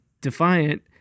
Defiant